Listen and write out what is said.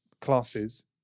classes